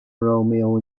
romeo